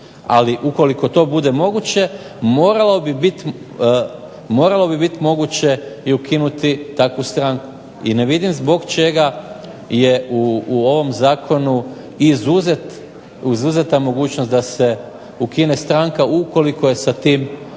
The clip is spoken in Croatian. ali ukoliko to bude moguće moralo bi biti moguće i ukinuti takvu stranku i ne vidim zbog čega je u ovom zakonu izuzeta mogućnost da se ukine stranka ukoliko je sa tim motivom,